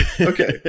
okay